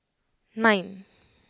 nine